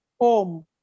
home